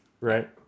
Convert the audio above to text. Right